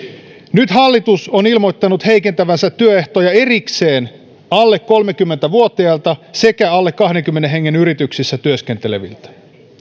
nyt hallitus on ilmoittanut heikentävänsä työehtoja erikseen alle kolmekymmentä vuotiailta sekä alle kahdenkymmenen hengen yrityksissä työskenteleviltä